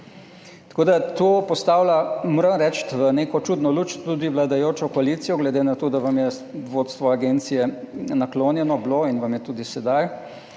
goriv. To postavlja, moram reči, v neko čudno luč tudi vladajočo koalicijo, glede na to, da vam je bilo vodstvo agencije naklonjeno in vam je tudi sedaj,